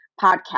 podcast